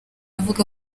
avuga